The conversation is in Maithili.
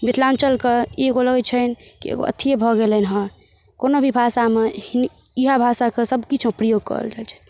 मिथिलाञ्चलके ई एगो लगै छनि कि एगो अथिये भऽ गेलैन हँ कोनो भी भाषामे इएह भाषाके सबकिछुमे प्रयोग करल जाइ छै